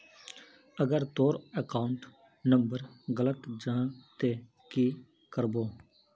अगर तोर account number गलत जाहा ते की करबो?